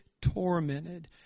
tormented